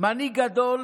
מנהיג גדול,